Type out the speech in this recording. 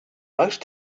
most